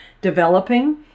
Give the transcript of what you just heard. developing